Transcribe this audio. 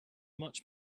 much